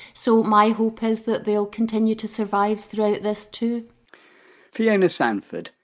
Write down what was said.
so my hope is that they'll continue to survive throughout this too fiona sandford,